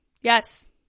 yes